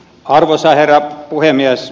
arvoisa herra puhemies